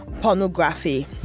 pornography